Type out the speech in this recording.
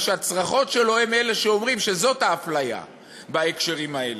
מפני שהצרחות שלו הן אלה שאומרות שזאת האפליה בהקשרים האלה.